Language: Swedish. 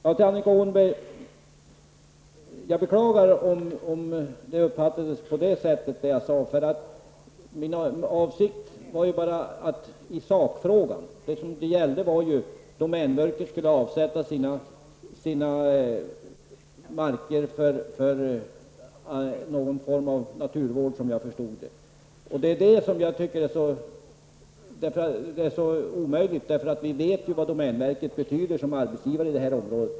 Sedan beklagar jag att Annika Åhnberg uppfattade det jag sade så som hon gjorde. Sakfrågan gällde om domänverket skulle avsätta sina marker för någon form av naturvård, och det anser jag vara omöjligt, för vi vet ju vad domänverket betyder som arbetsgivare i området.